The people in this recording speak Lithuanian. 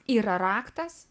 yra raktas